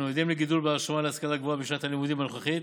אנו עדים לגידול בהרשמה להשכלה גבוהה בשנת הלימודים הנוכחית